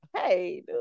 hey